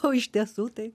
o iš tiesų tai